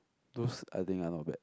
those I think are not bad